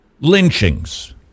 lynchings